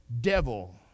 devil